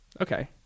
okay